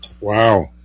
Wow